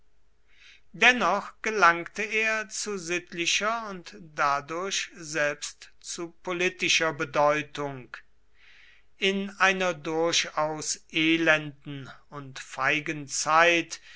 dennoch gelangte er zu sittlicher und dadurch selbst zu politischer bedeutung in einer durchaus elenden und feigen zeit